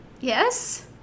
Yes